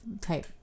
type